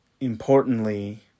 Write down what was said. importantly